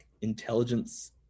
intelligence